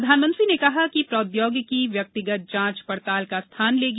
प्रधानमंत्री ने कहा कि प्रौद्योगिकी व्यक्तिगत जांच पड़ताल का स्थान लेगी